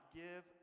give